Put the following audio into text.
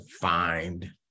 find